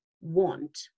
want